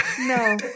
No